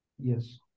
Yes